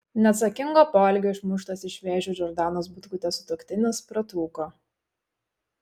neatsakingo poelgio išmuštas iš vėžių džordanos butkutės sutuoktinis pratrūko